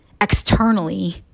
externally